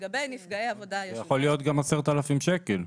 זה יכול להיות גם 10,000 שקלים.